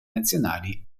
nazionali